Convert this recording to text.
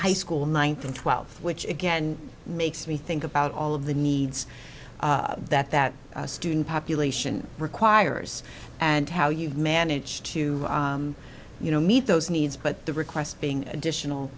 high school ninth and twelfth which again makes me think about all of the needs that that student population requires and how you manage to you know meet those needs but the request being additional